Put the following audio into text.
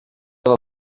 del